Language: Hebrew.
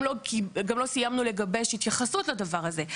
גם לא סיימנו לגבש התייחסות לדבר הזה.